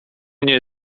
nie